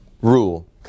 rule